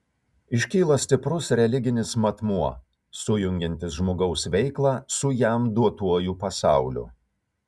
iškyla stiprus religinis matmuo sujungiantis žmogaus veiklą su jam duotuoju pasauliu